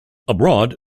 abroad